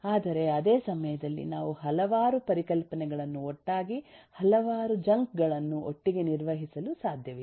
ಆದರೆ ಅದೇ ಸಮಯದಲ್ಲಿ ನಾವು ಹಲವಾರು ಪರಿಕಲ್ಪನೆಗಳನ್ನು ಒಟ್ಟಾಗಿ ಹಲವಾರು ಜಂಕ್ ಗಳನ್ನು ಒಟ್ಟಿಗೆ ನಿರ್ವಹಿಸಲು ಸಾಧ್ಯವಿಲ್ಲ